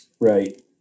Right